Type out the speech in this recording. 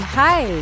hi